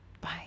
bye